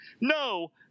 No